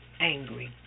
angry